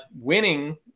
winning